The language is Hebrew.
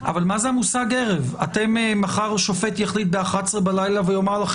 מחר השופט יחליט ב-23:00 ויגידו: